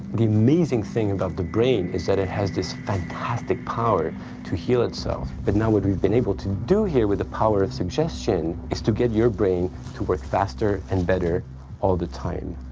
the amazing thing about the brain is that it has this fantastic power to heal itself. but now what we've been able to do here with the power of suggestion is to get your brain to work faster and better all the time.